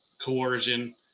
coercion